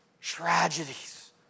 tragedies